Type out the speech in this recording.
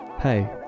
Hey